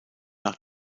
nach